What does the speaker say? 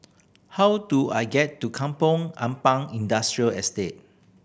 how do I get to Kampong Ampat Industrial Estate